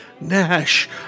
Nash